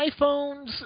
iPhones